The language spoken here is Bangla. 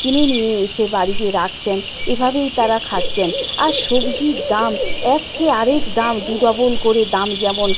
কিনে নিয়ে এসে বাড়িতে রাখছেন এভাবেই তারা খাচ্ছেন আর সবজির দাম এক কে আরেক দাম দু ডবল করে দাম যেমন